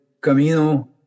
camino